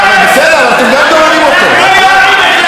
בסדר, אבל אתם גם גוררים אותו, אז די.